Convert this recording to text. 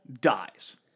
dies